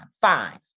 Fine